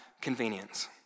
convenience